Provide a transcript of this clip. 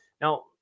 Now